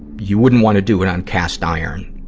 you wouldn't want to do it on cast iron,